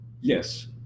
Yes